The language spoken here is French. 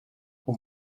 aux